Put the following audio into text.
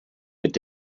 mit